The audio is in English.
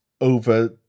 over